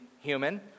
human